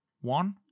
one